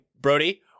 Brody